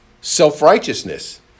self-righteousness